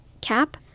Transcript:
cap